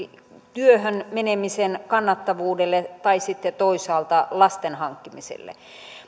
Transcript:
työhön menemisen kannattavuuteen ja toisaalta lasten hankkimiseen